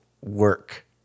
work